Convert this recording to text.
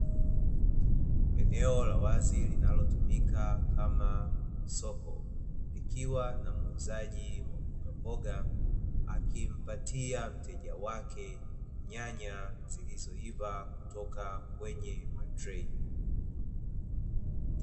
Eneo la wazi linalotumika kama soko likiwa na muuzaji wa mbogamboga akimpatia mteja wake nyanya zilizoivaa kutoka kwenye matrei.